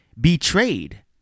betrayed